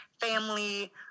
family